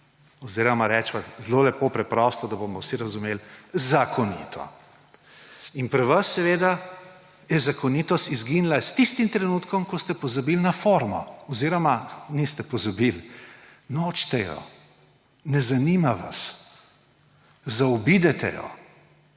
oziroma reciva zelo lepo preprosto, da bomo vsi razumeli, zakonito. In pri vas je zakonitost izginila s tistim trenutkom, ko ste pozabil na formo oziroma niste pozabili, nočete je, ne zanima vas, zaobidete jo